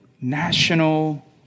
national